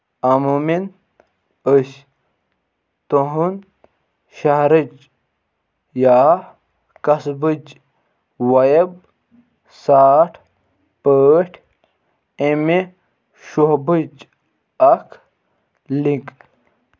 عموٗمِن أسۍ تُہنٛد شَہرٕچ یا قصبٕچ وایب ساٹھ پٲٹھۍ اَمہِ شعوبٕچ اکھ لِنک